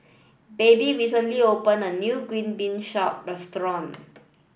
Baby recently opened a new Green Bean Soup Restaurant